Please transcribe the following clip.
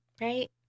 right